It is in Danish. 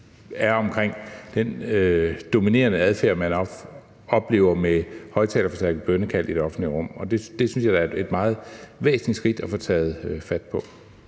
er omkring den dominerende adfærd, man oplever med højtalerforstærket bønnekald i det offentlige rum. Og det synes jeg da er et meget væsentligt skridt at få taget fat på.